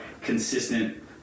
consistent